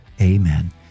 amen